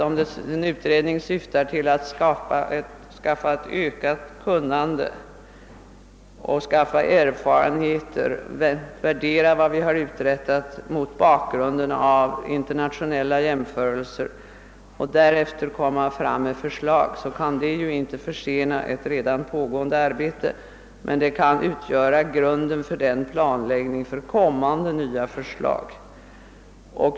Om en utredning syftar till att skaffa ett ökat kunnande och skaffa erfarenheter, värdera vad vi uträttat mot bakgrunden av internationella jämförelser och därefter komma fram med förslag, så kan det ju inte försena ett redan pågående arbete, men det kan utgöra grunden för en planläggning av kommande nya förslag.